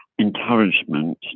Encouragement